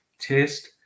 test